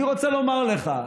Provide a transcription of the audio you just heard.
אני רוצה לומר לך,